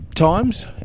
times